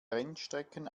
rennstrecken